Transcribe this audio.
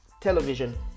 television